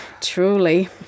truly